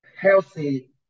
healthy